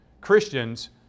Christians